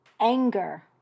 anger